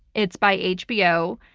it's by hbo.